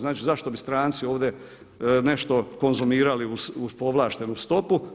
Znači, zašto bi stranci ovdje nešto konzumirali uz povlaštenu stopu.